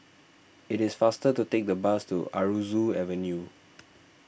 it is faster to take the bus to Aroozoo Avenue